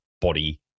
body